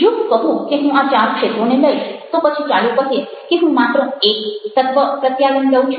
જો હું કહું કે હું આ ચાર ક્ષેત્રોને લઇશ તો પછી ચાલો કહીએ કે હું માત્ર એક તત્ત્વ પ્રત્યાયન લઉં છું